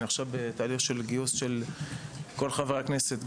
אני עכשיו בתהליך של גיוס של כל חברי הכנסת,